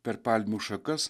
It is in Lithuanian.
per palmių šakas